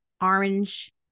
orange